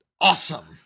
awesome